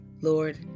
Lord